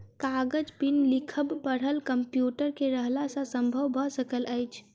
कागजक बिन लिखब पढ़ब कम्प्यूटर के रहला सॅ संभव भ सकल अछि